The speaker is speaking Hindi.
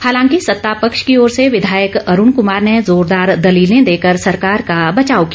हालांकि सत्तापक्ष की ओर से विधायक अरूण कुमार ने जोरदार दलीलें देकर सरकार का बचाव किया